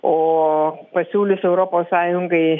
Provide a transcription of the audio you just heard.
o pasiūlius europos sąjungai